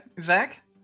Zach